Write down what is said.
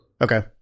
Okay